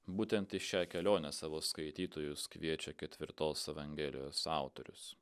būtent į šią kelionę savo skaitytojus kviečia ketvirtos evangelijos autorius